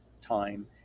time